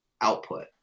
output